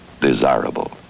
Desirable